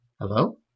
hello